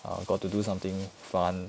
err got to do something fun